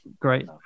great